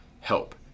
help